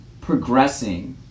progressing